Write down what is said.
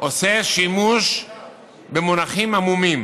עושה שימוש במונחים עמומים,